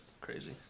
crazy